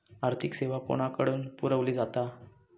आर्थिक सेवा कोणाकडन पुरविली जाता?